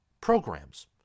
programs